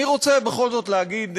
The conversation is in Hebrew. אני רוצה בכל זאת להגיד,